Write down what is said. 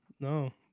No